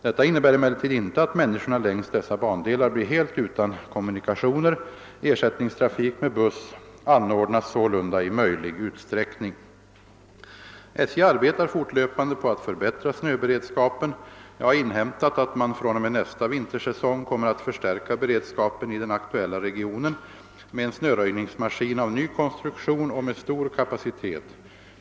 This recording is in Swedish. Detta innebär emellertid inte att människorna längs dessa bandelar blir helt utan kommunikationer. Ersättningstrafik med buss anordnas sålunda i möjlig utsträckning. SJ arbetar fortlöpande på att förbättra snöberedskapen. Jag har inhämtat att man fr.o.m. nästa vintersäsong kommer att förstärka beredskapen i den aktuella regionen med en snöröjningsma skin av ny konstruktion och med stor kapacitet.